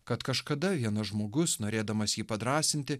kad kažkada vienas žmogus norėdamas jį padrąsinti